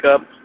up